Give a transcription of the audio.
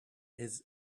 his